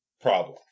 problem